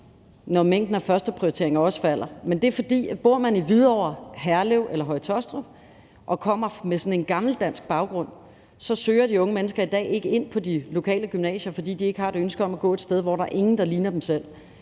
når mængden af førsteprioriteringer også falder. Men grunden til det er, at hvis de unge mennesker bor i Hvidovre, Herlev eller Høje-Taastrup og kommer med sådan en gammeldansk baggrund, søger de i dag ikke ind på de lokale gymnasier, fordi de ikke har et ønske om at gå et sted, hvor ingen ligner dem selv,